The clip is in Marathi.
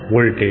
व्होल्टेज